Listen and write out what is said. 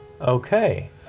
Okay